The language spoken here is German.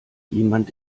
jemand